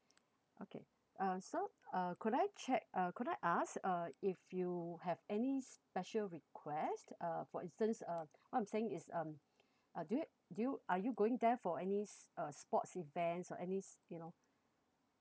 okay uh so uh could I check uh could I ask uh if you have any special request uh for instance uh what I'm saying is um do you do you are you going there for any s~ uh sports events or any s~ you know